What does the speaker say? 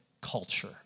culture